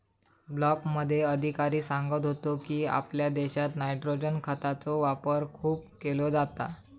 ब्लॉकमध्ये अधिकारी सांगत होतो की, आपल्या देशात नायट्रोजन खतांचो वापर खूप केलो जाता